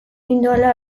nindoala